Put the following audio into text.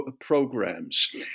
programs